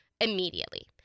immediately